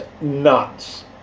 nuts